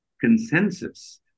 consensus